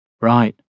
Right